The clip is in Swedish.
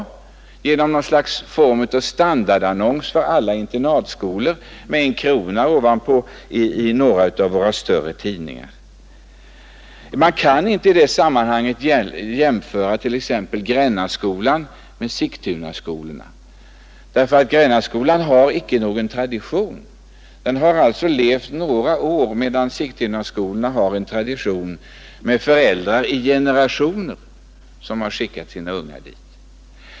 Jo, det sker genom något slags standardannons för alla internatskolor med en krona ovanpå i några av våra större tidningar. Man kan inte i det sammanhanget jämföra t.ex. Grännaskolan med Sigtunaskolorna, därför att Grännaskolan har icke någon tradition. Den har funnits några år, medan Sigtunaskolorna har en tradition med föräldrar i generationer som har skickat sina ungar dit.